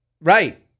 right